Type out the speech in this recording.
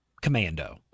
Commando